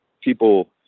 people